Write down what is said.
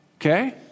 Okay